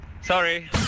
sorry